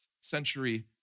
century